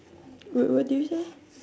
what what did you say